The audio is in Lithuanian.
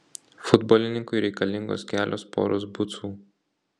futbolininkui reikalingos kelios poros bucų